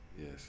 Yes